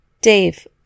Dave